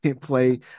play